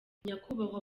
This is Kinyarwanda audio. nyakubahwa